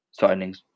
signings